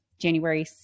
January